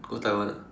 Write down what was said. go Taiwan ah